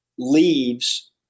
leaves